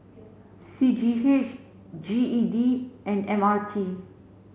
C G H G E D and M R T